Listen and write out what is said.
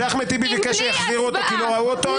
כשאחמד טיבי ביקש שיחזירו אותו כי לא ראו אותו,